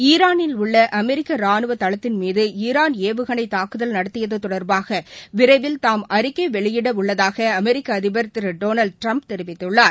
ஈரானில் உள்ள அமெரிக்க ரானுவ தளத்தின் மீது ஈரான் ஏவுகணை தாக்குதல் நடத்தியது தொடர்பாக விரைவில் தாம் அறிக்கை வெளியிட உள்ளதாக அமெரிக்க அதிபர் திரு டொளால்டு ட்டிரம்ப் தெரிவித்துள்ளார்